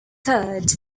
third